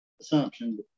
assumption